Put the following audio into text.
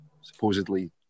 supposedly